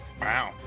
Wow